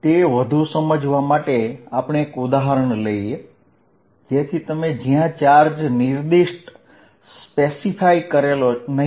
તે વધુ સમજવા માટે આપણે એક ઉદાહરણ જોઈએ જેથી તમે જ્યાં ચાર્જ નિર્દિષ્ટકરશો નહીં